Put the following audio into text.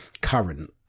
current